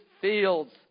fields